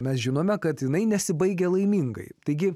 mes žinome kad jinai nesibaigia laimingai taigi